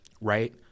right